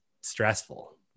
stressful